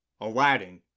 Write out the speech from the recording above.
Aladdin